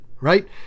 right